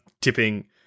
tipping